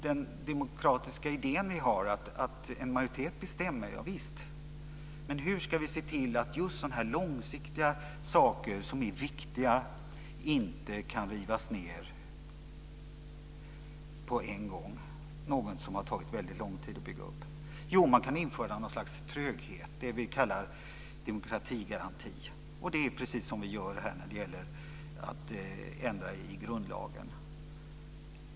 Den demokratiska idé vi har är att en majoritet bestämmer. Ja visst. Men hur ska vi se till att de långsiktiga saker som är viktiga inte kan rivas ned på en gång, något som har tagit väldigt lång tid att bygga upp? Jo, man kan införa något slags tröghet, det vi kallar demokratigaranti. Det är precis vad vi gör när det gäller att ändra i grundlagen.